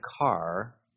car